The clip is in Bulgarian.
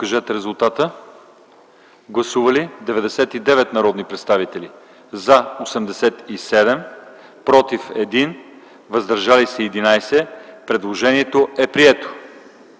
Предложението е прието.